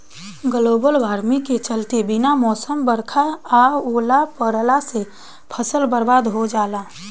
global warming के चलते बिना मौसम बरखा आ ओला पड़ला से फसल बरबाद हो जाला